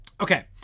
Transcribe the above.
Okay